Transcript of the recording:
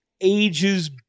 ages